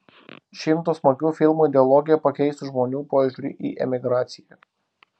šimto smagių filmų ideologija pakeistų žmonių požiūrį į emigraciją